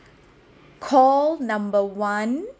call number one